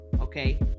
okay